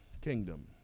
kingdom